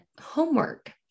homework